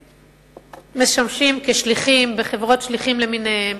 שמשמשים כשליחים, בחברות שליחים למיניהן,